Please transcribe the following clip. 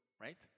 right